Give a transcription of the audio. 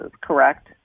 correct